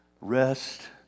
rest